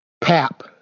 PAP